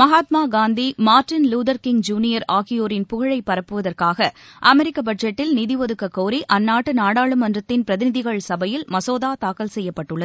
Mahatma Gandhi Martin Luther King Junior ஆகியோரின் புகழை பரப்புவதற்காக அமெரிக்க பட்ஜெட்டில் நிதி ஒதுக்கக் கோரி அந்நாட்டு நாடாளுமன்றத்தின் பிரதிநிதிகள் சபையில் மசோதா தாக்கல் செய்யப்பட்டுள்ளது